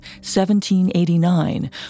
1789